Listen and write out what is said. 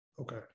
Okay